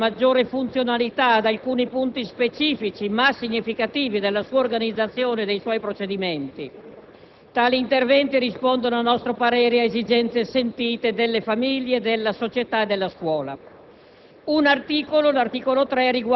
dando certezza normativa e maggiore funzionalità ad alcuni punti specifici, ma significativi, della sua organizzazione e dei suoi procedimenti. Tali interventi rispondono, a nostro parere, ad esigenze sentite delle famiglie, della società e della scuola.